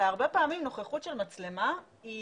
אלא הרבה פעמים נוכחות של מצלמה היא